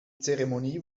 zeremonie